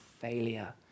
failure